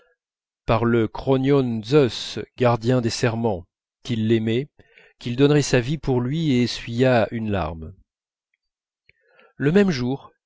par le kronion zeus gardien des serments qu'il l'aimait qu'il donnerait sa vie pour lui et essuya une larme le même jour